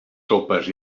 sopes